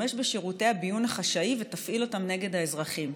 בשירותי הביון החשאי ותפעיל אותם נגד האזרחים.